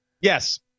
Yes